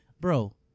bro